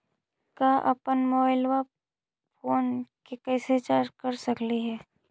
हम अप्पन mobile phone के कैसे रिचार्ज कर सकली हे?